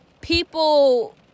people